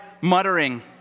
muttering